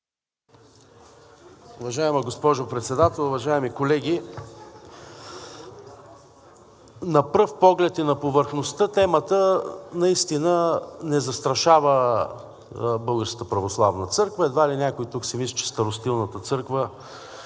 Уважаема госпожо Председател, уважаеми колеги! На пръв поглед и на повърхността темата наистина не застрашава Българската православна църква. Едва ли някой тук си мисли, че Старостилната църква